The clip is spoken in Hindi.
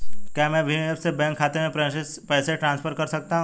क्या मैं भीम ऐप से बैंक खाते में पैसे ट्रांसफर कर सकता हूँ?